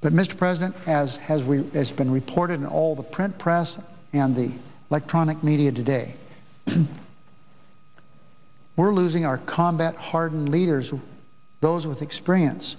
but mr president as has we as been reported in all the print press and the electronic media today we're losing our combat hardened leaders those with experience